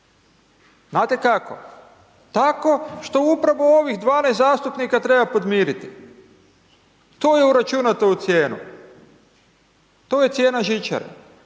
Znate kako? Tako što upravo ovih 12 zastupnika treba podmiriti. To je uračunato u cijenu, to je cijena žičare.